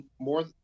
more